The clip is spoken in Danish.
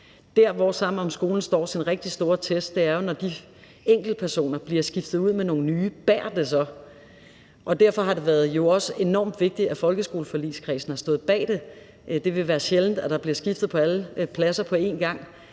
Der, hvor Sammen om skolen skal stå sin rigtig store test, er jo, når de enkeltpersoner bliver skiftet ud med nogle nye. Bærer det så? Derfor har det jo også været enormt vigtigt, at folkeskoleforligskredsen har stået bag det. Det vil være sjældent, at der bliver skiftet på alle pladser på én gang.